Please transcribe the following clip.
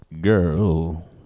Girl